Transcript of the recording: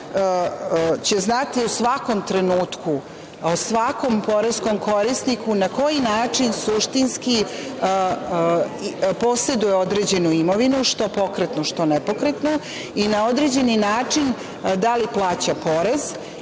znati u svakom trenutku o svakom poreskom korisniku na koji način suštinski poseduje određenu imovinu, što pokretnu, što nepokretnu, i na određeni način da li plaća pore